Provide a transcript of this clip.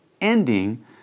ending